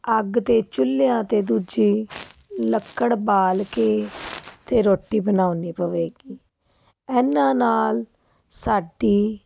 ਅੱਗ 'ਤੇ ਚੁੱਲ੍ਹਿਆਂ 'ਤੇ ਦੂਜੀ ਲੱਕੜ ਬਾਲ ਕੇ ਤੇ ਰੋਟੀ ਬਣਾਉਣੀ ਪਵੇਗੀ ਇਹਨਾਂ ਨਾਲ ਸਾਡੀ